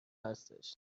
هستش